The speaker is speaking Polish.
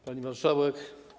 Pani Marszałek!